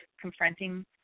confronting